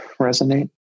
resonate